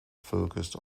focused